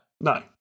No